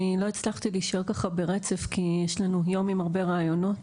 לא הצלחתי להישאר ברצף כי יש לנו יום עם הרבה ראיונות